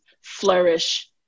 flourish